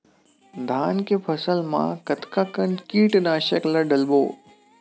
धान के फसल मा कतका कन कीटनाशक ला डलबो?